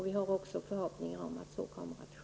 Vi har också förhoppningar om att så kommer att ske.